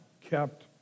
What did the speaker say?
kept